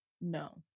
No